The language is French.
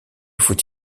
faut